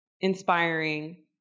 Inspiring